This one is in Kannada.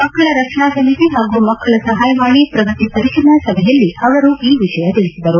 ಮಕ್ಕಳ ರಕ್ಷಣಾ ಸಮಿತಿ ಹಾಗೂ ಮಕ್ಕಳ ಸಹಾಯವಾಣಿ ಪ್ರಗತಿ ಪರಿಶೀಲನಾ ಸಭೆಯಲ್ಲಿ ಅವರು ಈ ವಿಷಯ ತಿಳಿಸಿದರು